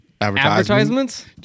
advertisements